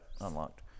unlocked